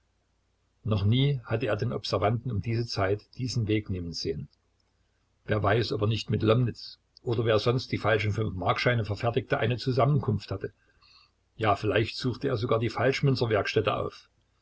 noch nie hatte er den observanten um diese zeit diesen weg nehmen sehen wer weiß ob er nicht mit lomnitz oder wer sonst die falschen fünfmarkscheine verfertigte eine zusammenkunft hatte ja vielleicht suchte er sogar die falschmünzerwerkstätte auf